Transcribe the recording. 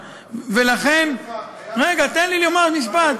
סגן השר, היה, רגע, תן לי לומר משפט.